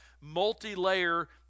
multi-layer